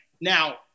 Now